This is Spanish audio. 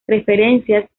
preferencias